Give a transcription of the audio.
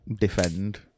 defend